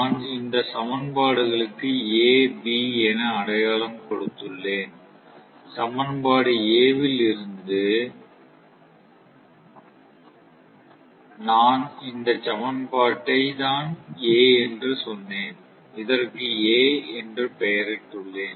நான் இந்த சமன்பாடு களுக்கு A B என அடையாளம் கொடுத்துள்ளேன் சமன்பாடு A வில் இருந்து நான் இந்தச் சமன்பாட்டை தான் A என்று சொன்னேன் இதற்கு A என பெயரிட்டுள்ளேன்